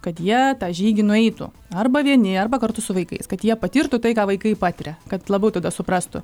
kad jie tą žygį nueitų arba vieni arba kartu su vaikais kad jie patirtų tai ką vaikai patiria kad labiau tada suprastų